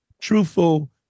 truthful